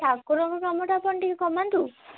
ଠାକୁରଙ୍କ କାମଟା ଆପଣ ଟିକେ କମାନ୍ତୁ